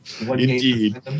Indeed